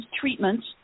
treatments